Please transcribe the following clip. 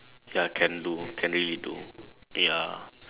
ya can do can really do ya